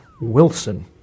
Wilson